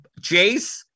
Jace